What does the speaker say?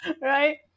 Right